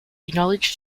acknowledge